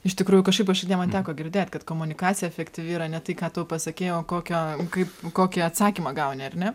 iš tikrųjų kažkaip šiandien man teko girdėt kad komunikacija efektyvi yra ne tai ką tu pasakei o kokio kaip kokį atsakymą gauni ar ne